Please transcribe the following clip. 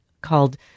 called